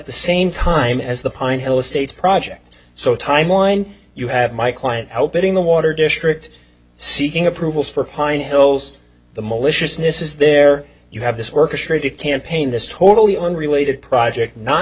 the same time as the pine hill estates project so timeline you have my client opening the water district seeking approvals for pine hills the maliciousness is there you have this work history to campaign this totally unrelated project not